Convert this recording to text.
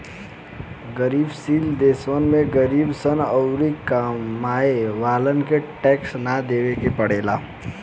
विकाश शील देशवन में गरीब सन अउरी कमाए वालन के टैक्स ना देवे के पड़ेला